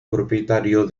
propietario